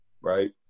Right